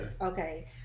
Okay